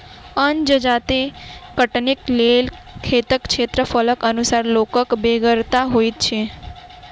अन्न जजाति कटनीक लेल खेतक क्षेत्रफलक अनुसार लोकक बेगरता होइत छै